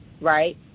right